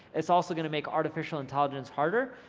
it's also gonna make artificial intelligence harder,